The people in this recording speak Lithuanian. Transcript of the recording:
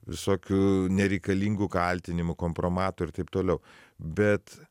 visokių nereikalingų kaltinimų kompromato ir taip toliau bet